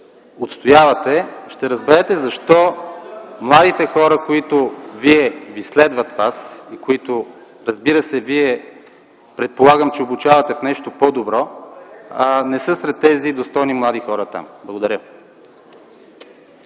ще разберете защо младите хора, които ви следват Вас и които, разбира се, Вие, предполагам, че обучавате в нещо по-добро, не са сред тези достойни млади хора там. Благодаря.